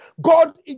God